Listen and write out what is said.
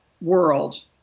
world